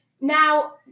Now